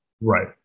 right